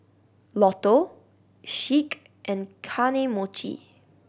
Lotto Schick and Kane Mochi